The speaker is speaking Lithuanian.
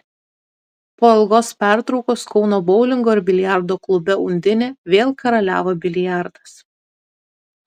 po ilgos pertraukos kauno boulingo ir biliardo klube undinė vėl karaliavo biliardas